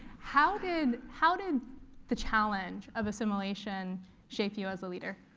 how did how did the challenge of assimilation shape you as a leader?